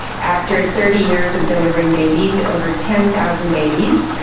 after thirty years of delivering babies, over ten thousand babies,